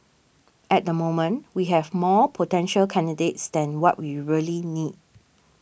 at the moment we have more potential candidates than what we really need